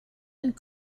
and